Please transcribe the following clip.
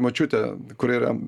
močiutę kur yra